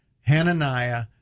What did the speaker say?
Hananiah